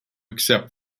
accept